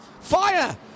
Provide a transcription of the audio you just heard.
fire